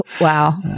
wow